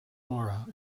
laura